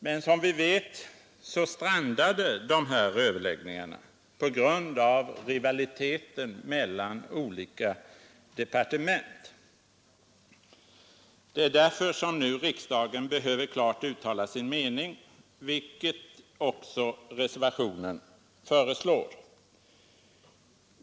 Men som vi vet strandade dessa överläggningar på grund av rivaliteten mellan olika departement. Det är därför som nu riksdagen behöver klart uttala sin mening, vilket reservationen också föreslår.